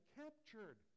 captured